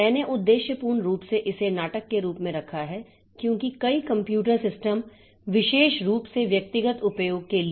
मैंने उद्देश्यपूर्ण रूप से इसे नाटक के रूप में रखा है क्योंकि कई कंप्यूटर सिस्टम विशेष रूप से व्यक्तिगत उपयोग के लिए